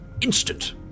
instant